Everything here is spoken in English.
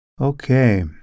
Okay